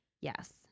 yes